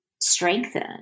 strengthen